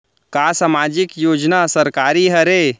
का सामाजिक योजना सरकारी हरे?